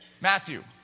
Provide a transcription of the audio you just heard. Matthew